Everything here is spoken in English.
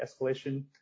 escalation